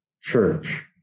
church